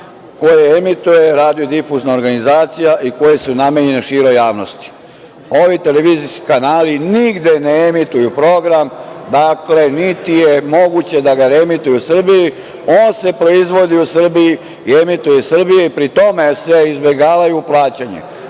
koje emituje radiodifuzna organizacija i koje su namenjene široj javnosti. Ovi televizijski kanali nigde ne emituju program. Dakle, niti je moguće da ga reemituju u Srbiji. On se proizvodi u Srbiji i emituje u Srbiji, a pri tome se izbegava plaćanje